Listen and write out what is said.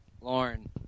Lauren